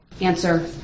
Answer